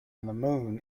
moon